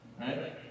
Right